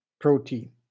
protein